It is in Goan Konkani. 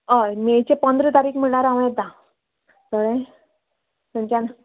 हय मेचे पंदरा तारीक म्हळ्ळ्यार हांव येता कळ्ळें थंयच्यान